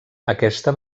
aquesta